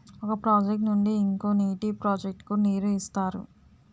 ఒక ప్రాజెక్ట్ నుండి ఇంకో నీటి ప్రాజెక్ట్ కు నీరు ఇస్తారు